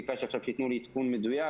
ביקשתי שייתנו לי עדכון מדויק.